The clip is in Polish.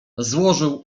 złożył